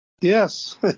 Yes